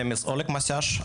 שמי אולג מוסיאז'.